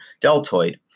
deltoid